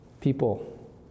people